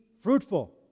fruitful